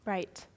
Right